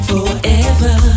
Forever